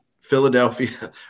Philadelphia